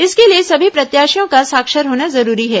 इसके लिए सभी प्रत्याशियों का साक्षर होना जरूरी है